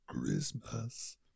Christmas